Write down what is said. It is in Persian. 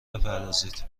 بپردازید